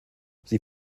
sie